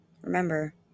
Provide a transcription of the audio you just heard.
remember